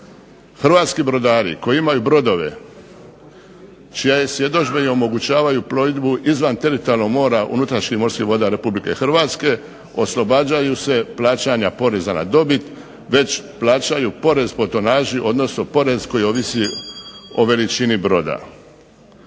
Hrvatski brodari koji imaju brodove čija je ... omogućavaju plovidbu izvan teritorijalnog mora unutrašnjih morskih voda Republike Hrvatske oslobađaju se plaćanja poreza na dobit, već plaćaju porez po tonaži odnosno porez koji ovisi o veličini broda.